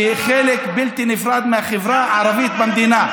שהיא חלק בלתי נפרד מהחברה הערבית במדינה,